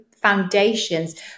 foundations